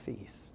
feast